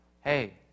Hey